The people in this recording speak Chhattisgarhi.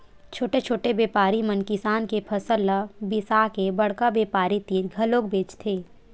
छोटे छोटे बेपारी मन किसान के फसल ल बिसाके बड़का बेपारी तीर घलोक बेचथे